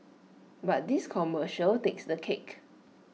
but this commercial takes the cake